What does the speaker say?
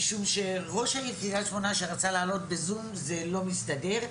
משום שראש העיר קריית שמונה שאני רוצה להעלות בזום זה לא מסתדר,